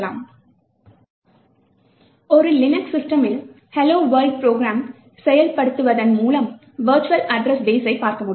sgfsdpa ஒரு Linux சிஸ்டமில் hello world program செயல்படுத்துவதன் மூலம் வெர்ச்சுவல் அட்ரஸ் பேஸ்ஸை பார்க்க முடியும்